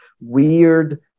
weird